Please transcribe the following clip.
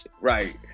right